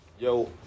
Yo